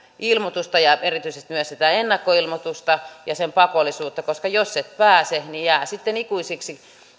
ilmoitusta ja erityisesti myös sitä ennakkoilmoitusta ja sen pakollisuutta koska jos et pääse niin se jää sitten ikuisiksi